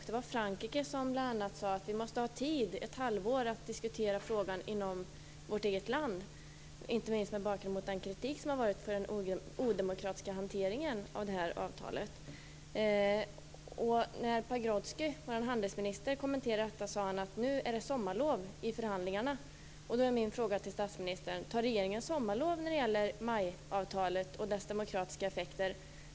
Det var Frankrike som bl.a. sade att de måste ha ett halvår på sig att diskutera frågan inom sitt eget land, inte minst mot bakgrund av den kritik som har varit om den odemokratiska hanteringen av det här avtalet. När vår handelsminister Leif Pagrotsky kommenterade detta sade han att nu är det sommarlov i förhandlingarna. Då är min fråga till statsministern: Tar regeringen sommarlov när det gäller MAI-avtalet och dess demokratiska effekter?